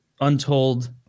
Untold